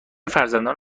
فرزندان